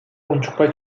унчукпай